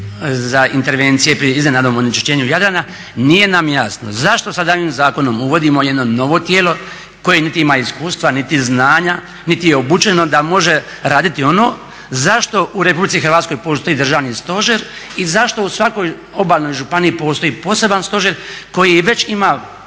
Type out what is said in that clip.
za intervencije pri iznenadnom onečišćenju Jadrana. Nije nam jasno zašto sa daljnjim zakonom uvodimo jedno novo tijelo koje niti ima iskustva, niti znanja, niti je obučeno da može raditi ono za što u RH postoji državni stožer i zašto u svakoj obalnoj županiji postoji poseban stožer koji već ima